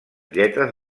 lletres